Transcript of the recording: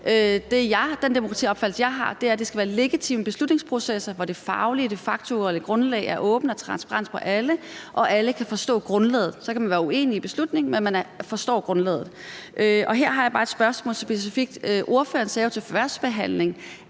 Den demokratiopfattelse, jeg har, er, at det skal være legitime beslutningsprocesser, hvor det faglige og det faktuelle grundlag er åbent og transparent for alle og alle kan forstå grundlaget. Så kan man være uenig i beslutningen, men man forstår grundlaget. Her har jeg bare et spørgsmål. Ordføreren sagde jo til førstebehandlingen,